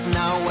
now